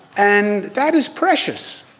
and that is precious.